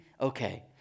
okay